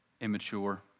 immature